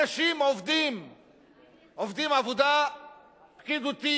אנשים עובדים עבודה פקידותית,